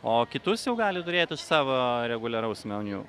o kitus jau gali turėt iš savo reguliaraus meniu